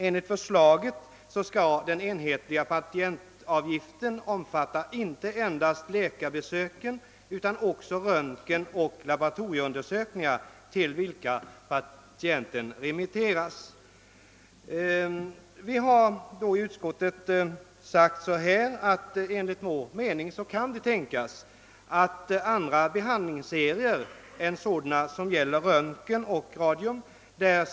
Enligt förslaget skall den enhetliga patientavgiften omfatta inte endast läkarbesöket utan också röntgenoch laboratorieundersökningar till vilka patienten remitteras.» Vi har i utskottet ansett att det kan tänkas att andra behandlingsserier än sådana som gäller röntgen och radium borde kunna medtagas.